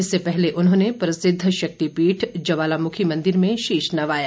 इससे पहले उन्होंने प्रसिद्ध शक्तिपीठ ज्वालामुखी मंदिर में शीश नवाया